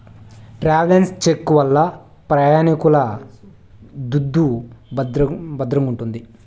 travels cheque వల్ల ప్రయాణికుల దుడ్డు భద్రంగుంటాది